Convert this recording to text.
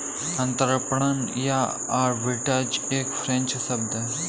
अंतरपणन या आर्बिट्राज एक फ्रेंच शब्द है